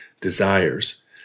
desires